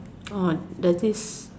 orh there's this